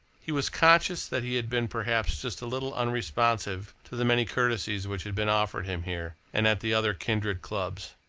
he was conscious that he had been, perhaps, just a little unresponsive to the many courtesies which had been offered him here and at the other kindred clubs.